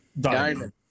Diamond